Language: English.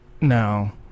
No